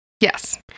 Yes